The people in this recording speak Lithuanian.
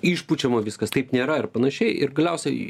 išpučiama viskas taip nėra ir panašiai ir galiausiai